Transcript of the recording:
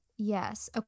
Yes